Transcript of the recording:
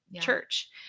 church